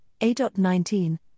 A.19